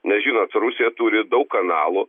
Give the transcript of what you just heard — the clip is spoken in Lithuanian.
nes žinot rusija turi daug kanalų